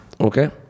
okay